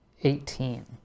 Eighteen